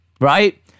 right